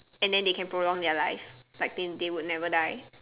and then they can prolong their life like they they would never die